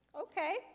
okay